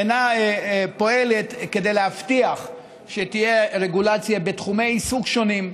אינה פועלת כדי להבטיח שתהיה רגולציה בתחומי עיסוק שונים.